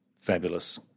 Fabulous